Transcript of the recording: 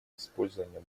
использования